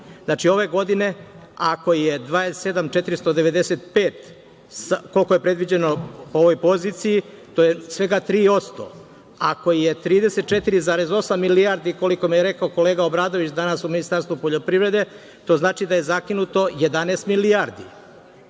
ove godine ako je 27.495, koliko je predviđeno u ovoj poziciji, to je svega 3%. Ako je 34,8 milijardi, koliko mi je rekao kolega Obradović danas u Ministarstvu poljoprivrede, to znači da je zakinuto 11 milijardi